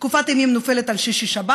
תקופת הימים נופלת על שישי-שבת,